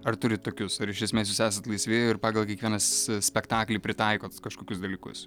ar turit tokius ar iš esmės jūs esat laisvi ir pagal kiekvienas spektaklį pritaikot kažkokius dalykus